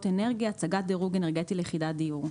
אנרגיה (הצגת דירוג אנרגטי ליחידת דיור).